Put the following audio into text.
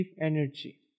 energy